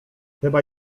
chyba